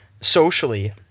socially